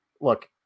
look